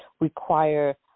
require